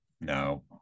No